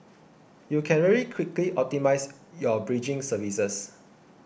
you can very quickly optimise your bridging services